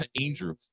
Andrew